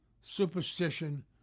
superstition